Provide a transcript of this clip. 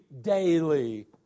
daily